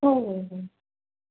हो हो हो